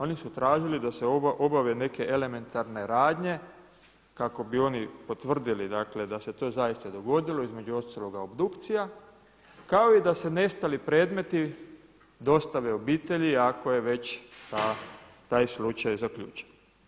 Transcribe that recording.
Oni su tražili da se obave nekakve elementarne radnje kako bi oni potvrdili da se to zaista dogodilo, između ostalog obdukcija kao i da se nestali predmeti dostave obitelji ako je već taj slučaj zaključen.